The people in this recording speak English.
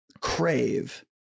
crave